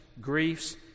griefs